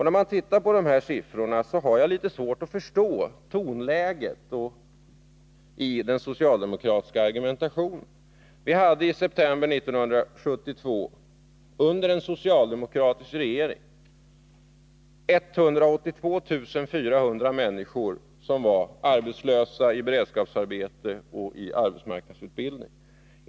När jag tittar på dessa siffror har jag litet svårt att förstå tonläget i den socialdemokratiska argumentationen. I september 1972 — under en socialdemokratisk regering — var 182 400 människor arbetslösa, i beredskapsarbete eller i arbetsmarknadsutbildning.